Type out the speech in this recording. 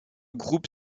groupe